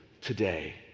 today